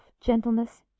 gentleness